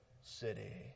city